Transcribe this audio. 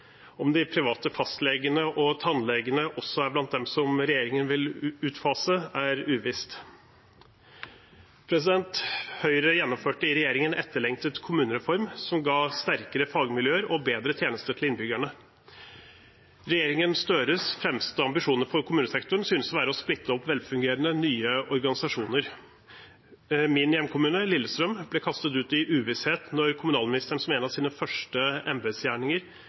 Om de private fastlegene og tannlegene også er blant dem som regjeringen vil utfase, er uvisst. Høyre gjennomførte i regjering en etterlengtet kommunereform som ga sterkere fagmiljøer og bedre tjenester til innbyggerne. Regjeringen Støres fremste ambisjoner for kommunesektoren synes å være å splitte opp velfungerende nye organisasjoner. Min hjemkommune, Lillestrøm, ble kastet ut i uvisshet da kommunalministeren som en av sine første embetsgjerninger